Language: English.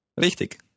Richtig